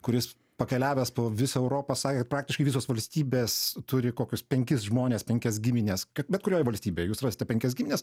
kuris pakeliavęs po visą europą sakė kad praktiškai visos valstybės turi kokius penkis žmones penkias gimines kad bet kurioj valstybėj jūs rasite penkias gimines